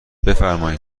بفرمایین